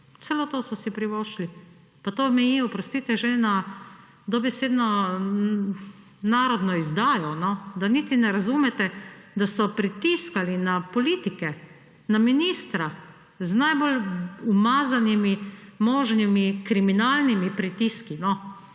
Celo to so si privoščili. Pa to meji, oprostite, že na dobesedno narodno izdajo! Da niti ne razumete, da so pritiskali na politike. Na ministra. Z najbolj umazanimi možnimi kriminalnimi pritiski,